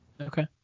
Okay